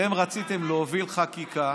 אתם רציתם להוביל חקיקה,